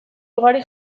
ugari